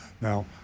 Now